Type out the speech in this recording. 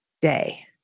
day